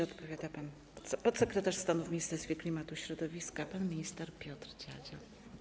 Odpowiada podsekretarz stanu w Ministerstwie Klimatu i Środowiska pan minister Piotr Dziadzio.